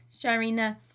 Sharina